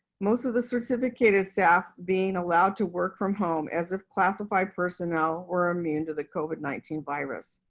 most of the certificated staff being allowed to work from home as if classified personnel are immune to the covid nineteen virus.